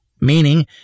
meaning